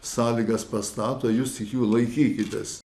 sąlygas pastato jūs tik jų laikykitės